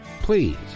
Please